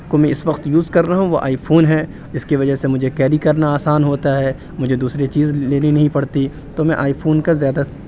کو میں اس وقت یوز کر رہا ہوں وہ آئی فون ہے جس کی وجہ سے مجھے کیری کرنا آسان ہوتا ہے مجھے دوسری چیز لینی نہیں پڑتی تو میں آئی فون کا زیادہ